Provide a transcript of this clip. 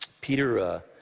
Peter